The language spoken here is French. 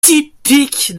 typique